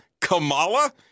Kamala